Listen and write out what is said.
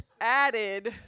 added